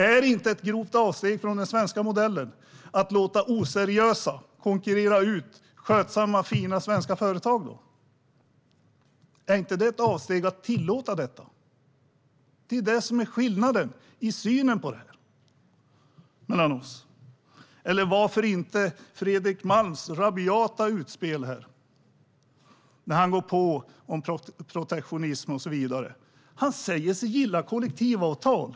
Är det inte ett grovt avsteg från den svenska modellen att låta oseriösa konkurrera ut skötsamma, fina svenska företag? Är inte det ett avsteg att tillåta detta? Det är skillnaden i synen i frågan mellan oss. Fredrik Malm gjorde ett rabiat utspel och gick på om protektionism och så vidare. Han säger sig gilla kollektivavtal.